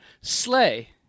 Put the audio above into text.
Slay